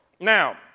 Now